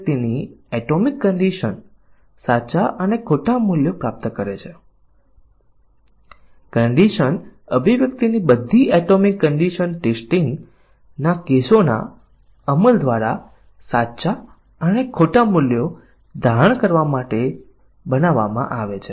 અને તમે જાણો છો કે વ્હાઇટ બોક્સ પરીક્ષણ વિશે શું છે શું તમે એક ઉદાહરણ આપી શકો છો કે વ્હાઇટ બોક્સ પરીક્ષણ કેવા પ્રકારની બગ શોધી શકશે નહીં જે ફક્ત બ્લેક બોક્સ પરીક્ષણ દ્વારા જ શોધી શકાય છે